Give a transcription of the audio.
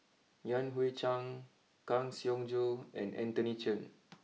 Yan Hui Chang Kang Siong Joo and Anthony Chen